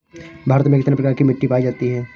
भारत में कितने प्रकार की मिट्टी पाई जाती है?